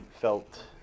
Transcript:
felt